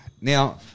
Now